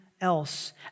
Else